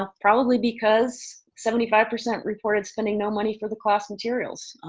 um probably because seventy five percent reported spending no money for the class materials.